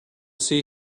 see